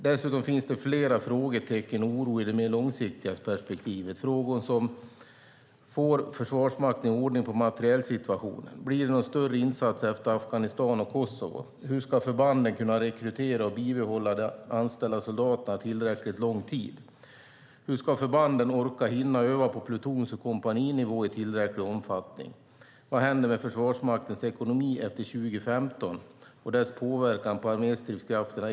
Dessutom finns det flera frågetecken och oro i det mer långsiktiga perspektivet, frågor som: Får Försvarsmakten ordning på materielsituationen? Blir det någon större insats efter Afghanistan och Kosovo? Hur ska förbanden kunna rekrytera och bibehålla de anställda soldaterna tillräckligt lång tid? Hur ska förbanden orka och hinna öva på plutons och kompaninivå i tillräcklig omfattning? Vad händer med Försvarsmaktens ekonomi efter 2015 och dess påverkan på arméstridskrafterna?